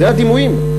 אלה הדימויים.